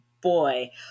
boy